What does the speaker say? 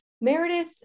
Meredith